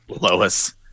Lois